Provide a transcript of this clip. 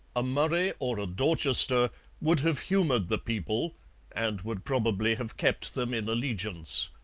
a murray or a dorchester would have humoured the people and would probably have kept them in allegiance.